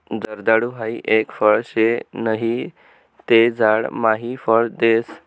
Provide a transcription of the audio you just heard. जर्दाळु हाई एक फळ शे नहि ते झाड मायी फळ देस